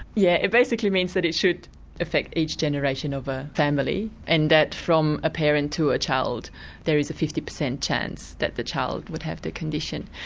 yeah it basically means that it should affect each generation of a family, and that from a parent to a child there is a fifty per cent chance that the child would have the condition.